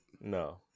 No